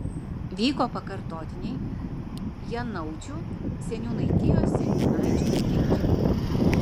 vyko pakartotiniai janaučių seniūnaitijos seniūnaičio rinkimai